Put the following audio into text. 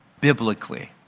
biblically